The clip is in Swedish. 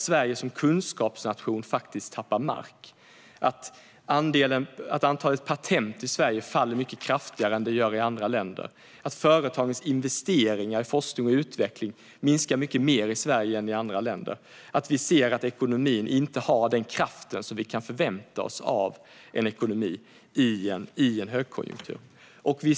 Sverige som kunskapsnation tappar faktiskt mark. Antalet patent i Sverige faller mycket kraftigare än i andra länder. Företagens investeringar i forskning och utveckling minskar mycket mer i Sverige än i andra länder. Vi ser att ekonomin inte har den kraft som vi kan förvänta oss av en ekonomi i en högkonjunktur.